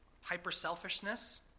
hyper-selfishness